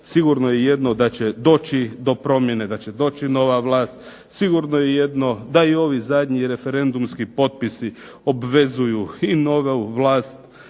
Sigurno je jedno da će doći do promjene, da će doći nova vlast. Sigurno je jedno da i ovi zadnji referendumski potpisi obvezuju i novu vlast